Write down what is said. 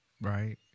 right